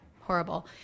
horrible